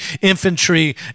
infantry